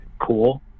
cool